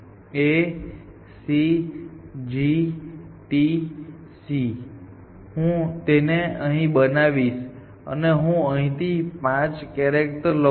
A C G T C હું તેને અહીં બનાવીશ અને હું અહીંથી 5 કેરેક્ટર લઉં છું